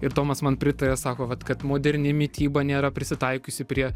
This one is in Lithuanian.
ir tomas man pritaria sako vat kad moderni mityba nėra prisitaikiusi prie